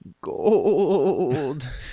Gold